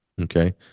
Okay